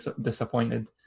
disappointed